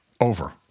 Over